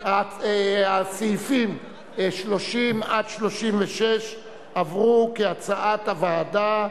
שהסעיפים 30 36 עברו, כהצעת הוועדה,